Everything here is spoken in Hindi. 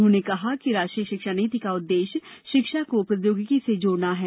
उन्होंने कहा कि राष्ट्रीय शिक्षा नीति का उद्देश्य शिक्षा को प्रौद्योगिकी से जोड़ना है